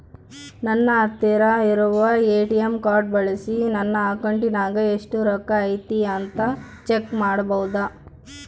ನನ್ನ ಹತ್ತಿರ ಇರುವ ಎ.ಟಿ.ಎಂ ಕಾರ್ಡ್ ಬಳಿಸಿ ನನ್ನ ಅಕೌಂಟಿನಾಗ ಎಷ್ಟು ರೊಕ್ಕ ಐತಿ ಅಂತಾ ಚೆಕ್ ಮಾಡಬಹುದಾ?